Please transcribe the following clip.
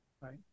right